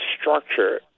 structure